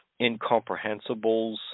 incomprehensibles